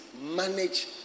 manage